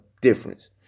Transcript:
difference